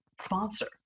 sponsor